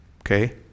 Okay